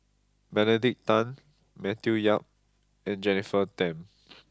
Benedict Tan Matthew Yap and Jennifer Tham